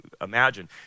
imagine